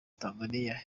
tanzania